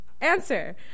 answer